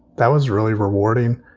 that was really rewarding.